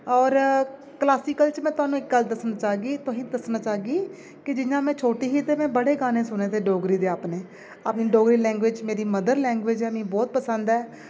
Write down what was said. होर क्लासिकल च में तुसें गी इक गल्ल दस्सना चाह्गी तुसें गी दस्सना चाह्गी कि जि'यां में छोटी ही ते में बड़े गाने सुने दे डोगरी दे अपने अपने डोगरी लैंग्यूज मेरी मदर लैंग्यूज ऐ मीं बहुत पसंद ऐ